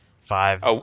five